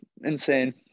insane